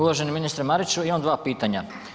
Uvaženi ministre Mariću, imam dva pitanja.